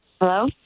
Hello